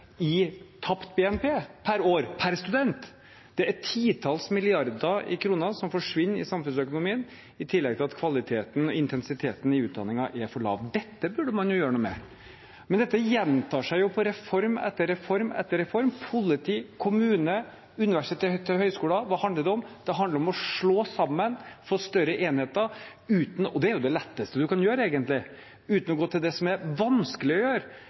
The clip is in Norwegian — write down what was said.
i tapt BNP per år per student. Det er titalls milliarder kroner som forsvinner i samfunnsøkonomien, i tillegg til at kvaliteten og intensiteten i utdanningen er for lav. Dette burde man jo gjøre noe med. Men dette gjentar seg på reform etter reform etter reform – politi, kommune, universitet og høyskoler. Hva handler det om? Det handler om å slå sammen, få større enheter, og det er jo det letteste man kan gjøre, egentlig, uten å gjøre det som er vanskelig, nemlig å gjøre